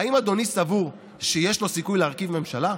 האם אדוני סבור שיש לו סיכוי להרכיב ממשלה?